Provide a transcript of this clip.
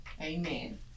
Amen